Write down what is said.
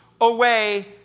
away